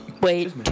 Wait